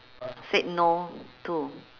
said no to